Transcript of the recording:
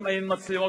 אם זה מובן מאליו,